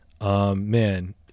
Man